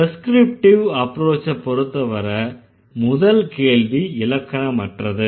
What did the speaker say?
prescriptive அப்ரோச்ச பொருத்தவரை முதல் கேள்வி இலக்கணமற்றது